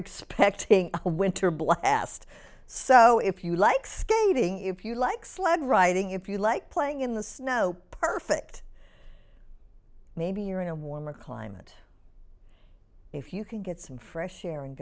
expecting a winter blast so if you like skating if you like sled writing if you like playing in the snow perfect maybe you're in a warmer climate if you can get some fresh air and